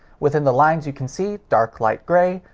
within the lines, you can see dark, light, grey.